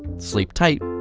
sleep tight.